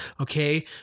Okay